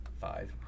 five